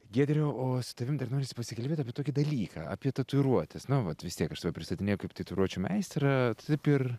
giedriau o su tavim dar norisi pasikalbėt apie tokį dalyką apie tatuiruotes na vat vis tiek aš tave pristatinėju kaip tatuiruočių meistrą tu taip ir